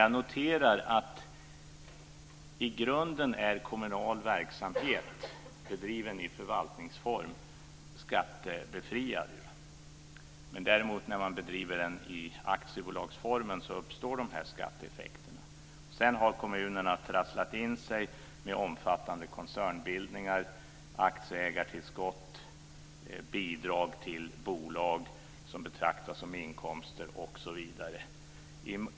Jag noterar att i grunden är kommunal verksamhet bedriven i förvaltningsform skattebefriad. Men när verksamheten bedrivs i bolagsform uppstår det skatteeffekter. Sedan har kommunen trasslat in sig med omfattande koncernbildningar, aktieägartillskott, bidrag till bolag som betraktas som inkomster osv.